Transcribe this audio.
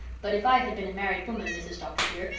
but if i had been a married woman, mrs. dr. dear,